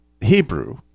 Hebrew